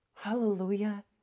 hallelujah